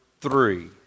three